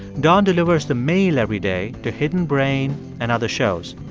don delivers the mail every day to hidden brain and other shows.